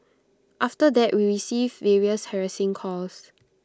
after that we received various harassing calls